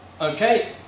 Okay